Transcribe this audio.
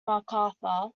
macarthur